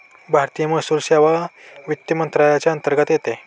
भारतीय महसूल सेवा वित्त मंत्रालयाच्या अंतर्गत येते